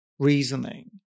reasoning